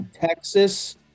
Texas